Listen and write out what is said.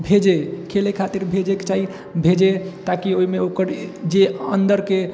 भेजे खेलए खातिर भी भेजेके चाही भेजे ताकि ओहिमे ओकर जे अन्दरके